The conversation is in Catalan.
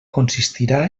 consistirà